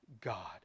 God